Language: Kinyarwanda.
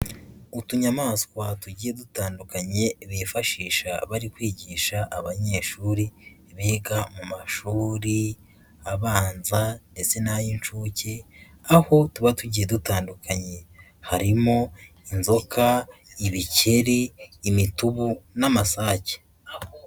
Utunyamaswa tugiye dutandukanye bifashisha bari kwigisha abanyeshuri, biga mu mashuri abanza ndetse n'ay'inshuke, aho tuba tugiye dutandukanye. Harimo inzoka, ibikeri, imitubu n'amasake.